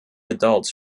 adults